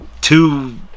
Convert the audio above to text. two